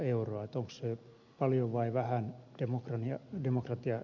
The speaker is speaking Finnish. onko se paljon vai vähän demokratian hintana